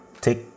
take